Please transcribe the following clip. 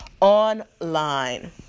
online